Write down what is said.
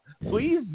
Please